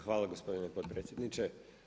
Hvala gospodine potpredsjedniče.